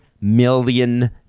million